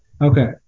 Okay